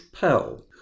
Pell